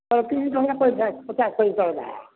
ତିନି ଟଙ୍କା ପଇସା ପଚାଶ ପଇସା ବାଲା